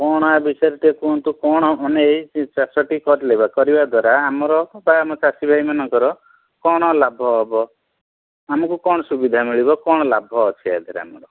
କ'ଣ ଆ ବିଷୟରେ ଟିକେ କୁହନ୍ତୁ କ'ଣ ମାନେ ଏଇ ଚାଷଟି କରିଲେ ବା କରିବା ଦ୍ୱାରା ଆମର ବା ଆମ ଚାଷୀ ଭାଇ ମାନଙ୍କର କ'ଣ ଲାଭ ହବ ଆମକୁ କ'ଣ ସୁବିଧା ମିଳିବ କ'ଣ ଲାଭ ଅଛି ୟା ଧିଅରେ ଆମର